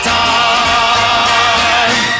time